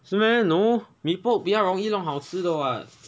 是 meh no mee pok 比较容易弄好吃的 [what]